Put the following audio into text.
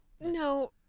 No